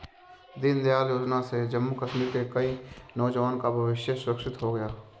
दीनदयाल योजना से जम्मू कश्मीर के कई नौजवान का भविष्य सुरक्षित हो गया